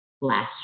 last